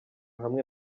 hamwe